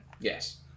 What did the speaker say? Yes